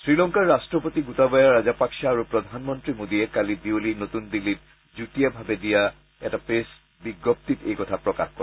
শ্ৰীলংকাৰ ৰাট্টপতি গোটাবায়া ৰাজাপাক্সা আৰু প্ৰধানমন্ত্ৰী মোডীয়ে কালি বিয়লি নতুন দিল্লীত যুটীয়াভাৱে দিয়া প্ৰেছ বিজ্ঞপ্তিত এই কথা প্ৰকাশ কৰে